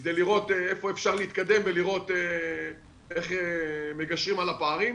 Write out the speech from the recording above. כדי לראות איפה אפשר להתקדם ולראות איך מגשרים על הפערים.